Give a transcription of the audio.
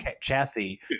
chassis